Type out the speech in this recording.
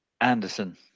Anderson